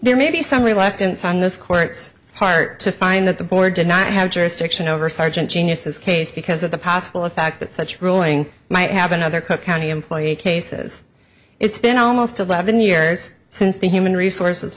there may be some reluctance on this court's part to find that the board did not have jurisdiction over sergeant genius's case because of the possible in fact that such ruling might have been other cook county employee cases it's been almost eleven years since the human resources